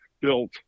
built